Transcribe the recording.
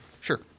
Sure